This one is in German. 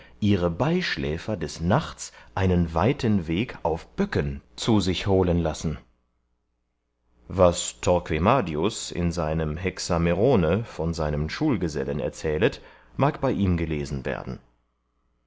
ihre beischläfer des nachts einen weiten weg auf böcken zu sich holen lassen was torquemadius in seinem hexamerone von seinem schulgesellen erzählet mag bei ihm gelesen werden